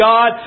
God